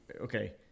okay